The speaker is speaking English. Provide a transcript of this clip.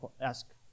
ask